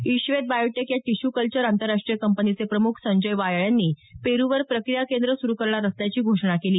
Ishwed biotech या tissue culture आंतरराष्ट्रीय कंपनीचे प्रमुख संजय वायाळ यांनी पेरूवर प्रक्रिया केंद्र सुरू करणार असल्याची घोषणा केली